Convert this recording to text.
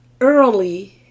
early